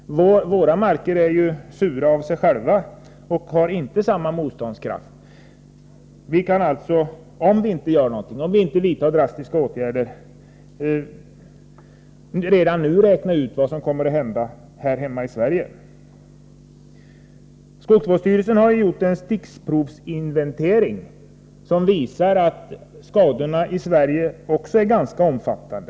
Våra marker är ju sura av sig själva och har inte samma motståndskraft. Om vi inte vidtar drastiska åtgärder kan vi redan nu räkna ut vad som kommer att hända här hemma i Sverige. Skogsvårdsstyrelsen har ju gjort en stickprovsinventering som visar att även skadorna i Sverige är ganska omfattande.